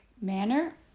manner